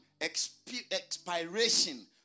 expiration